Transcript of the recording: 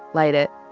light it,